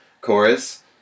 chorus